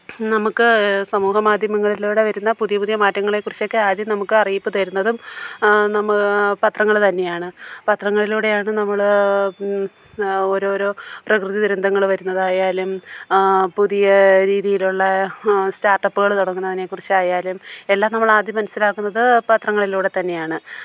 നമുക്ക് സമൂഹമാധ്യമങ്ങളിലൂടെ വരുന്ന പുതിയ പുതിയ മാറ്റങ്ങളെക്കുറിച്ചൊക്കെ ആദ്യം നമുക്ക് അറിയിപ്പ് തരുന്നതും നമ്മൾ പത്രങ്ങൾ തന്നെയാണ് പത്രങ്ങളിലൂടെയാണ് നമ്മൾ ഓരോരോ പ്രകൃതി ദുരന്തങ്ങൾ വരുന്നതായാലും പുതിയ രീതിയിലുള്ള സ്റ്റാട്ടപ്പുകൾ തുടങ്ങുന്നതിനെക്കുറിച്ചായാലും എല്ലാം നമ്മളാദ്യം മനസ്സിലാക്കുന്നത് പത്രങ്ങളിലൂടെത്തന്നെയാണ്